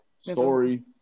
story